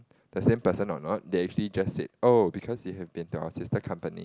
the same person or not they actually just said oh because you have been to our sister company